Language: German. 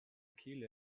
kehle